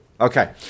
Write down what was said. okay